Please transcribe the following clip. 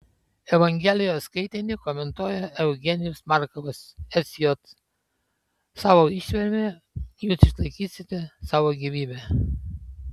evangelijos skaitinį komentuoja eugenijus markovas sj savo ištverme jūs išlaikysite savo gyvybę